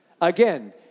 Again